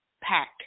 pack